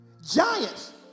Giants